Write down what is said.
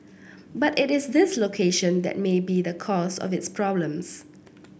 but it is this location that may be the cause of its problems